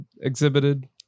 exhibited